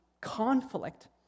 conflict